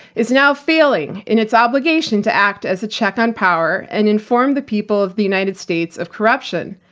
is now failing in its obligation to act as a check on power, and inform the people of the united states of corruption.